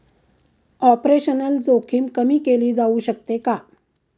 Operational जोखीम कमी केली जाऊ शकते का?